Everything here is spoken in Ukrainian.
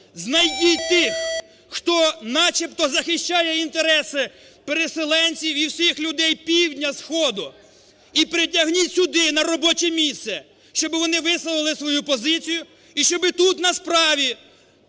Знайдіть тих, хто начебто захищає інтереси переселенців і всіх людей півдня, сходу, і притягніть сюди, на робоче місце, щоб вони висловили свою позицію і щоб тут на справі